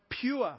pure